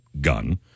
gun